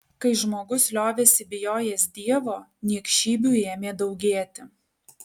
kai žmogus liovėsi bijojęs dievo niekšybių ėmė daugėti